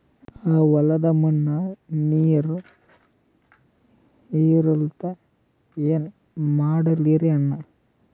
ಆ ಹೊಲದ ಮಣ್ಣ ನೀರ್ ಹೀರಲ್ತು, ಏನ ಮಾಡಲಿರಿ ಅಣ್ಣಾ?